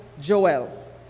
Joel